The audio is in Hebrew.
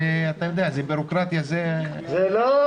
זה בירוקרטיה --- לא,